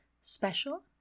special